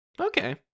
Okay